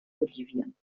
bolivien